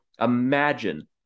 Imagine